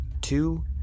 Two